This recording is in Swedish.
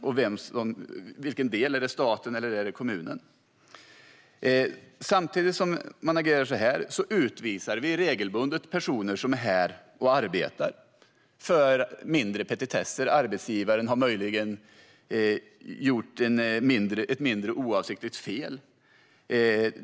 Är det staten eller kommunerna? Samtidigt som man agerar på detta sätt, utvisas regelbundet personer som är här och arbetar på grund av petitesser. Arbetsgivaren kan oavsiktligt ha gjort ett mindre fel.